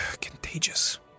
Contagious